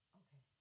okay